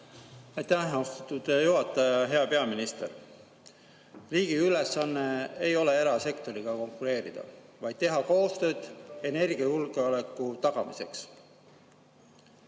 Aitäh, austatud juhataja! Hea peaminister! Riigi ülesanne ei ole erasektoriga konkureerida, vaid teha koostööd energiajulgeoleku tagamiseks.